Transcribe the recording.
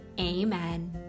amen